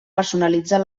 personalitzar